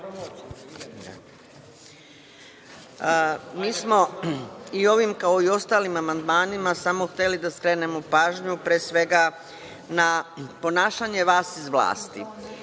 Mi smo i ovim, kao i ostalim amandmanima samo hteli da skrenemo pažnju, pre svega na ponašanje vas iz vlasti. Vi